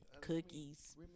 cookies